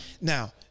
now